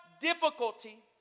difficulty